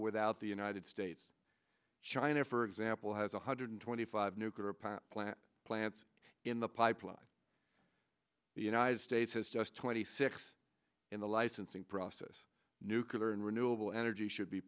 without the united states china for example has one hundred twenty five nuclear power plant plants in the pipeline the united states has just twenty six in the licensing process nucular and renewable energy should be